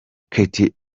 katie